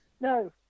No